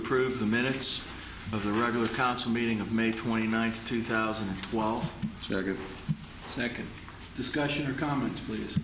approve the minutes of the regular council meeting of may twenty ninth two thousand and twelve second discussion or comment please